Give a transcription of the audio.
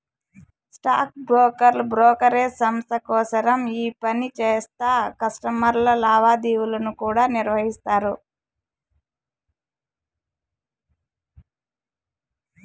stock బ్రోకర్లు brokerage సంస్త కోసరం పనిచేస్తా కస్టమర్ల లావాదేవీలను కూడా నిర్వహిస్తారు